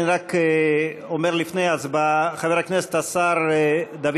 אני רק אומר לפני ההצבעה: חבר הכנסת השר דוד